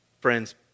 Friends